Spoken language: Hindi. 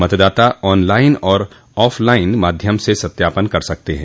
मतदाता ऑनलाइन और ऑफ लाइन माध्यम से सत्यापन कर सकता है